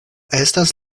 estas